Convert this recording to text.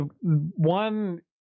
one